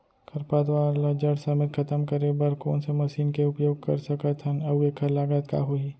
खरपतवार ला जड़ समेत खतम करे बर कोन से मशीन के उपयोग कर सकत हन अऊ एखर लागत का होही?